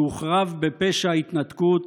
שהוחרב בפשע ההתנתקות,